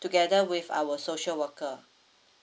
together with our social worker